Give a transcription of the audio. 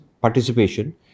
participation